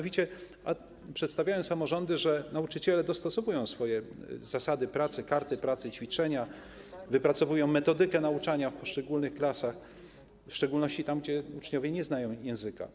Według przedstawicieli samorządów nauczyciele dostosowują tu zasady pracy, karty pracy i ćwiczenia, wypracowują metodykę nauczania w poszczególnych klasach, w szczególności tam, gdzie uczniowie nie znają języka.